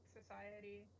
society